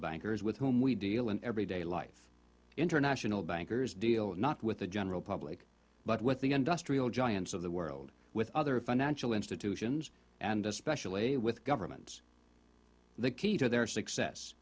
bankers with whom we deal in every day life international bankers deal not with the general public but with the industrial giants of the world with other financial institutions and especially with governments the key to their success